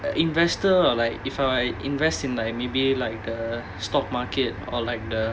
investor or like if I invest in like maybe like the stock market or like the